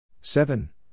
Seven